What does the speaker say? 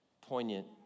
poignant